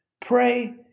pray